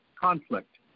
conflict